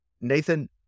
Nathan